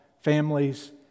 families